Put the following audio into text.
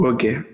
Okay